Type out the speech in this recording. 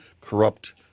corrupt